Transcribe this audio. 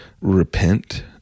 repent